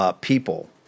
people